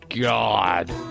God